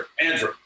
Andrew